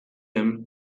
him